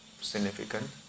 significant